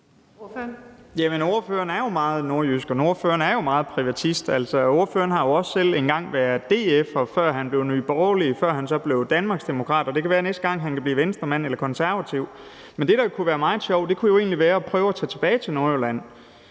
Ordføreren er meget nordjysk, og ordføreren er meget privatist. Ordføreren har jo også selv engang været DF'er og været med i Nye Borgerlige, før han kom med i Danmarksdemokraterne. Det kan være, at han næste gang kan blive Venstremand eller Konservativ. Men det, der kunne være meget sjovt, kunne være at prøve at tage tilbage til Nordjylland,